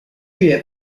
üye